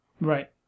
Right